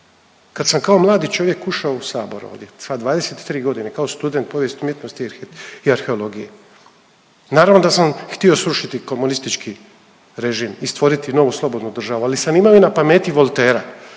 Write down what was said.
kad sam kao mladi čovjek ušao u sabor ovdje sa 23 godine kao student povijesti umjetnosti i arhi… i arheologije naravno da sam htio srušiti komunistički režim i stvoriti novu slobodnu državu, ali sam imamo i na pameti Voltairea